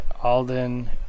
Alden